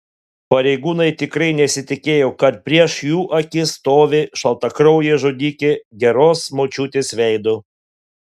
pareigūnai tikrai nesitikėjo kad prieš jų akis stovi šaltakraujė žudikė geros močiutės veidu